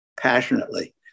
passionately